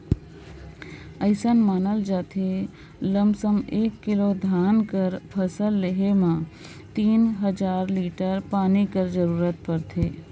अइसन मानल जाथे लमसम एक किलो धान कर फसिल लेहे में तीन हजार लीटर पानी कर जरूरत परथे